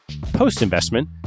Post-investment